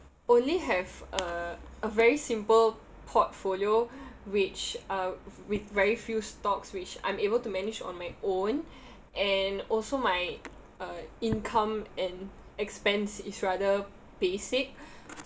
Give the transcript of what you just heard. only have a a very simple portfolio which uh with very few stocks which I'm able to manage on my own and also my uh income and expense is rather basic